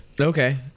Okay